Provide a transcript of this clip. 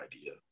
idea